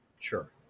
Sure